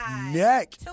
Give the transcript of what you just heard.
neck